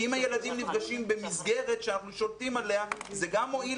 כי אם הילדים נפגשים במסגרת שאנחנו שולטים עליה זה גם מועיל